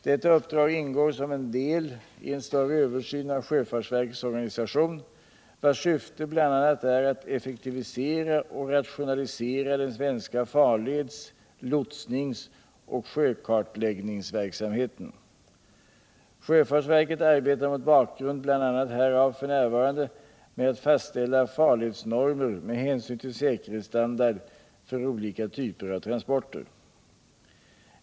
Detta uppdrag ingår som en del i en större översyn av sjöfartsverkets organisation, vars syfte bl.a. är att effektivisera och rationalisera den svenska farleds-, lotsnings och sjökartläggningsverksamheten. Sjöfartsverket arbetar mot bakgrund bl.a. härav f.n. med att fastställa farledsnorraer med hänsyn till säkerhetsstandard för olika typer av transporter.